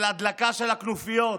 של הדלקה של הכנופיות.